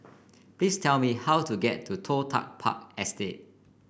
please tell me how to get to Toh Tuck Park Estate